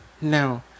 no